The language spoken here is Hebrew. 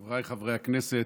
חבריי חברי הכנסת,